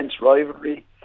rivalry